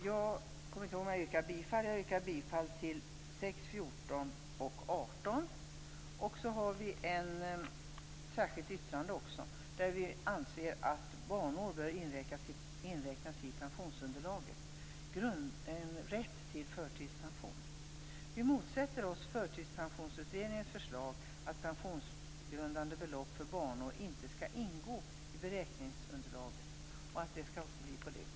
Jag yrkar bifall till reservationerna nr 6, 14 och Vi har också gjort ett särskilt yttrande. Vi anser att barnår bör inräknas i pensionsunderlaget och ge rätt till förtidspension. Vi motsätter oss Förtidspensionsutredningens förslag att pensionsgrundande belopp för barnår inte skall ingå i beräkningsunderlaget.